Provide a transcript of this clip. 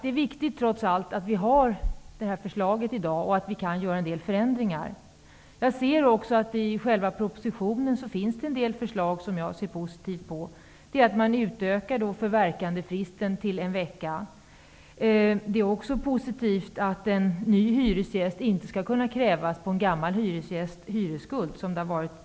Det är, som sagt, trots allt viktigt att det här förslaget i dag föreligger och att vi kan göra en del förändringar. I själva propositionen finns det en del förslag som jag ser positivt på, t.ex. att förverkandefristen utökas till en vecka och man inte skall kunna kräva att en ny hyresgäst skall betala en tidigare hyresgästs hyresskuld, som tidigare gällde.